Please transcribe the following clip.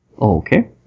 Okay